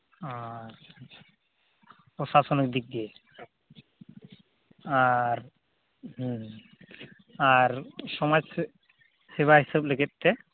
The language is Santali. ᱚᱻ ᱟᱪᱪᱷᱟ ᱟᱪᱪᱷᱟ ᱯᱨᱚᱥᱟᱥᱚᱱᱤᱠ ᱫᱤᱠ ᱫᱤᱭᱮ ᱟᱨ ᱦᱮᱸ ᱟᱨ ᱥᱚᱢᱟᱡᱽ ᱥᱮᱫ ᱥᱮᱵᱟ ᱦᱤᱥᱟᱹᱵ ᱞᱟᱹᱜᱤᱫ ᱛᱮ